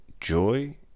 joy